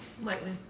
Lightly